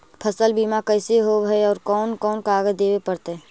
फसल बिमा कैसे होब है और कोन कोन कागज देबे पड़तै है?